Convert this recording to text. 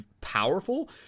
powerful